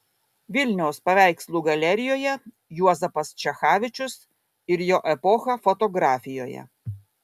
vilniaus paveikslų galerijoje juozapas čechavičius ir jo epocha fotografijoje